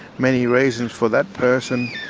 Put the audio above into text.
many reasons for that person,